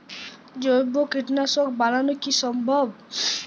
জৈব কীটনাশক বানানো কি সম্ভব?